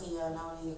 mmhmm